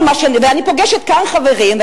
אני פוגשת כאן חברים,